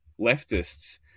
leftists